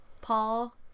Paul